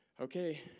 okay